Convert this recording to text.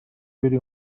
بری